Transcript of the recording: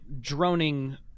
droning